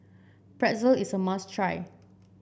pretzel is a must try